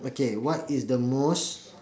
okay what is the most